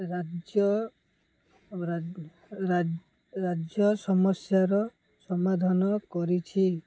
ରାଜ୍ୟ ରାଜ୍ୟ ସମସ୍ୟାର ସମାଧାନ କରିଛି